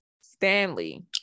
Stanley